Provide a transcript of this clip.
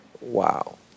Wow